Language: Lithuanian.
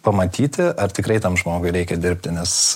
pamatyti ar tikrai tam žmogui reikia dirbti nes